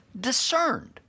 discerned